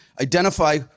identify